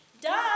Duh